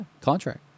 contract